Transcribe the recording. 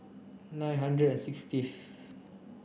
nine hundred sixtieth